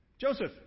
Joseph